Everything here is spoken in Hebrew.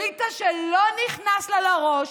אליטה שלא נכנס לה לראש,